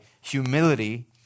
humility